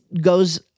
goes